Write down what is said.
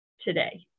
today